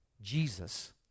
Jesus